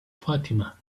fatima